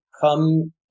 come